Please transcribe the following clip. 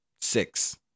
Six